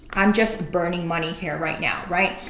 um just burning money here right now, right?